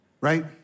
right